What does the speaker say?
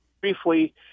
briefly